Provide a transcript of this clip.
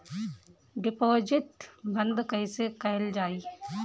Deposit बंद कैसे कैल जाइ?